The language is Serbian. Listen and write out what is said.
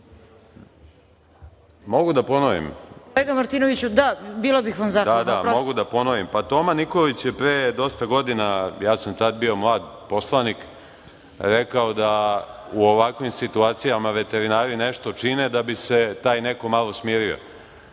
mogu da ponovim, pa Toma Nikolić je pre dosta godina, ja sam tad bio mlad poslanik rekao da u ovakvim situacijama veterinari nešto čine da bi se taj neko malo smirio.